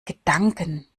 gedanken